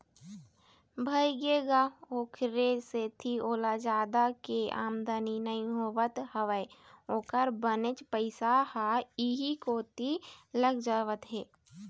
भइगे गा ओखरे सेती ओला जादा के आमदानी नइ होवत हवय ओखर बनेच पइसा ह इहीं कोती लग जावत हे